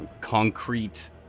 concrete